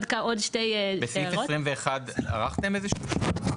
בסעיף 21 ערכתם איזשהו שינוי?